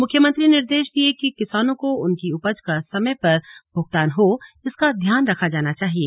मुख्यमंत्री ने निर्देश दिये कि किसानों को उनकी उपज का समय पर भुगतान हो इसका ध्यान रखा जाना चाहिए